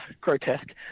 grotesque